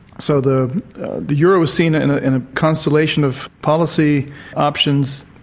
so the the euro was seen in ah in a constellation of policy options,